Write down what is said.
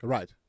Right